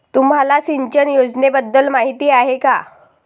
तुम्हाला सिंचन योजनेबद्दल माहिती आहे का?